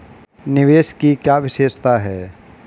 निवेश की क्या विशेषता है?